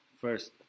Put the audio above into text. first